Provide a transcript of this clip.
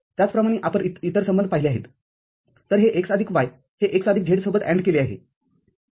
त्याचप्रमाणे आपण इतर संबंध पाहिले आहेत तरहे x आदिक y हे x आदिक z सोबत AND केले आहे